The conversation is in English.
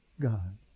God